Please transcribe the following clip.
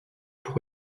pour